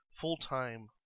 full-time